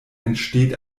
entsteht